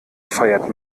feiert